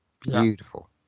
Beautiful